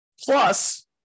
Plus